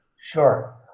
Sure